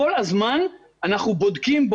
כל הזמן אנחנו בודקים,